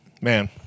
Man